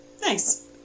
Nice